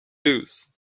lose